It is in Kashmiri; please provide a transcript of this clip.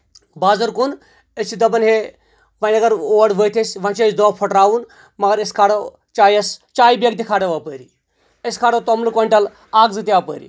بازر کُن أسۍ چھِ دَپان ہے وۄنۍ اَگر اور ؤتھۍ أسۍ وۄنۍ چھُ اَسہِ دۄہ پھٹراوُن مَگر أسۍ کھارو چایس چاے بیگ تہِ کھارو اَپٲر أسۍ کھارو توٚمُلہٕ کوینٹل اکھ زٕ تہِ اَپٲر